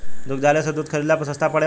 दुग्धालय से दूध खरीदला पर सस्ता पड़ेला?